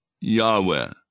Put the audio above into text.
Yahweh